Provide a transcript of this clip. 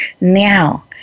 now